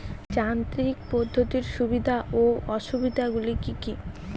যান্ত্রিক পদ্ধতির সুবিধা ও অসুবিধা গুলি কি কি?